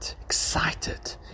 excited